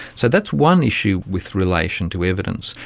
so that's one issue with relation to evidence.